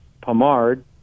pomard